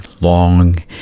long